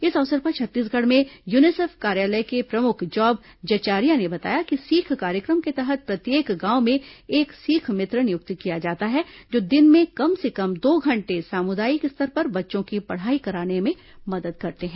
इस अवसर पर छत्तीसगढ़ में यूनिसेफ कार्यालय के प्रमुख जॉब जचारिया ने बताया कि सीख कार्यक्रम के तहत प्रत्येक गांव में एक सीख मित्र नियुक्त किया जाता है जो दिन में कम से कम दो घंटे सामुदायिक स्तर पर बच्चों की पढ़ाई कराने में मदद करते हैं